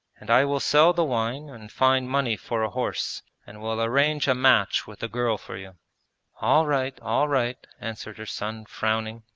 and i will sell the wine and find money for a horse and will arrange a match with the girl for you all right, all right answered her son, frowning.